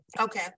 Okay